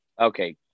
Okay